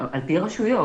על פי רשויות.